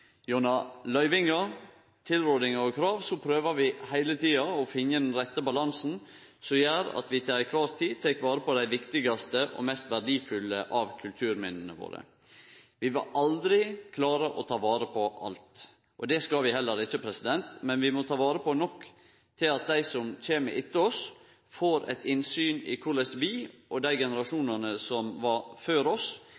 Gjennom løyvingar, tilrådingar og krav prøver vi heile tida å finne den rette balansen som gjer at vi til kvar tid tek vare på dei viktigaste og mest verdifulle av kulturminna våre. Vi vil aldri klare å ta vare på alt. Det skal vi heller ikkje, men vi må ta vare på nok til at dei som kjem etter oss, får eit innsyn i korleis vi og dei